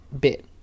bit